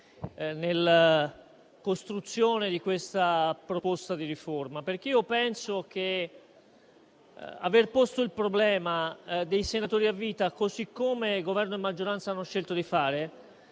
nella costruzione di questa proposta di riforma. Infatti io penso che aver posto il problema dei senatori a vita, così come Governo e maggioranza hanno scelto di fare,